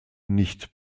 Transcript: nicht